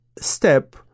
step